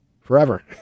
forever